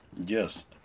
yes